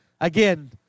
Again